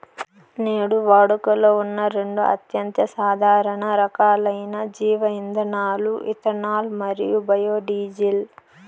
నేడు వాడుకలో ఉన్న రెండు అత్యంత సాధారణ రకాలైన జీవ ఇంధనాలు ఇథనాల్ మరియు బయోడీజిల్